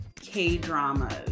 K-dramas